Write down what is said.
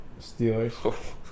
Steelers